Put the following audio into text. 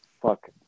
fuck